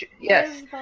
Yes